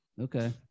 Okay